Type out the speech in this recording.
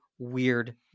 weird